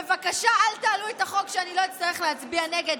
בבקשה אל תעלו את החוק כדי שלא אצטרך להצביע נגד,